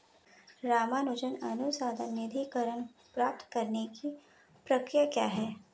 रामानुजन अनुसंधान निधीकरण प्राप्त करने की प्रक्रिया क्या है?